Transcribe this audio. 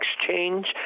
exchange